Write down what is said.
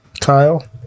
kyle